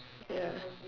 ya